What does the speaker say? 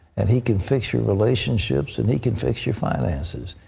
and he can fix your relationships, and he can fix your finances.